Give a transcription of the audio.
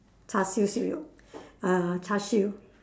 char-siew siew yoke uh char-siew